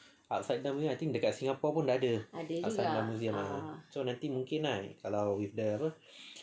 upside down museum I think dekat singapore pun dah ada upside down museum ah so nanti mungkin kan kalau with the apa